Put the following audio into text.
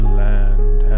land